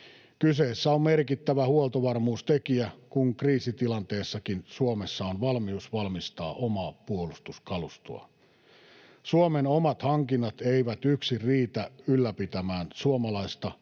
Kyseessä on merkittävä huoltovarmuustekijä, kun kriisitilanteessakin Suomessa on valmius valmistaa omaa puolustuskalustoa. Suomen omat hankinnat eivät yksin riitä ylläpitämään suomalaisen